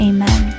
Amen